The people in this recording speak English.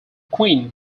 queen